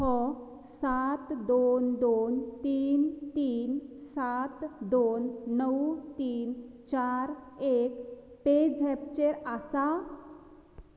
हो सात दोन दोन तीन तीन सात दोन णव तीन चार एक पेझॅपचेर आसा